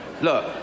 Look